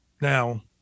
Now